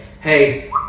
hey